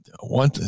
one